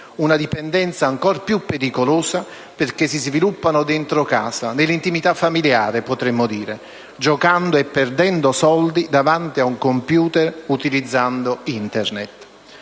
una dipendenza ancor più pericolosa, perché si sviluppa dentro casa, nell'intimità familiare potremmo dire, giocando e perdendo soldi davanti ad un computer, utilizzando Internet.